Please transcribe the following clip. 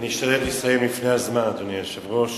אני אשתדל לסיים לפני הזמן, אדוני היושב-ראש.